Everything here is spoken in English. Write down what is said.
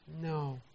no